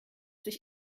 sich